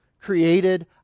created